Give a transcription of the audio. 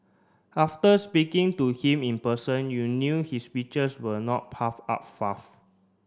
after speaking to him in person you knew his speeches were not puff up fluff